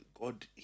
God